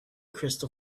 crystal